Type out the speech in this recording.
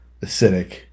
acidic